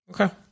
Okay